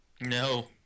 No